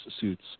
suits